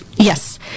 Yes